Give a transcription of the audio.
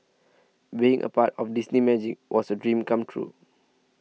being a part of Disney Magic was a dream come true